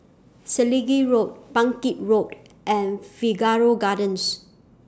Selegie Road Bangkit Road and Figaro Gardens